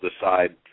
decide